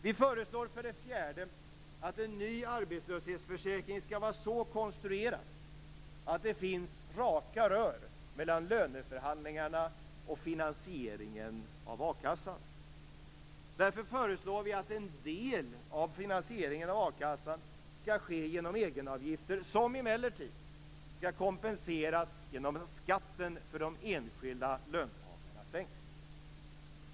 Vi föreslår för det fjärde att en ny arbetslöshetsförsäkring skall vara så konstruerad att det finns raka rör mellan löneförhandlingarna och finansieringen av a-kassan. Därför föreslår vi att en del av finansieringen av a-kassa skall ske genom egenavgifter, som emellertid skall kompenseras genom att skatten för de enskilda löntagarna sänks.